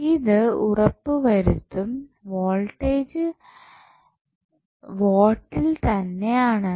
ഇത് ഉറപ്പുവരുത്തും വോൾട്ടേജ് വോൾട്ടിൽ തന്നെ ആണെന്ന്